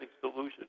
solution